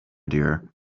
dear